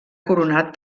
coronat